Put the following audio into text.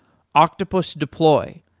octopus deploy,